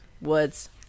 Woods